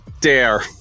dare